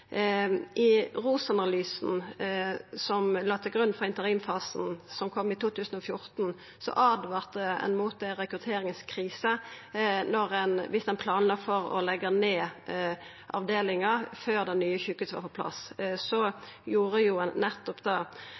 ein mot ei rekrutteringskrise viss ein planla for å leggja ned avdelinga før det nye sjukehuset var på plass. Så gjorde ein nettopp det.